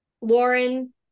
Lauren